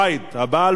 הבעל והאשה,